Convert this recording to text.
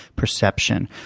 perception.